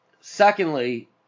Secondly